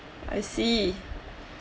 I see